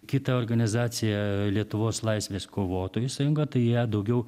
kita organizacija lietuvos laisvės kovotojų sąjunga tai į ją daugiau